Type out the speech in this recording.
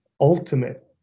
ultimate